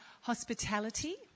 hospitality